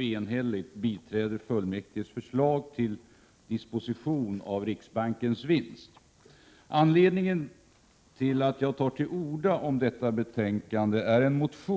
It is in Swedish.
enhälligt biträder fullmäktiges förslag till disposition av riksbankens vinst. Anledningen till att jag tar till orda om detta betänkande är en motion, som Prot.